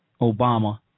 Obama